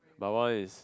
my one is